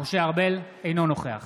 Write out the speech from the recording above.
אינו נוכח